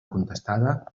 contestada